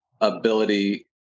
ability